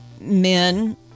Men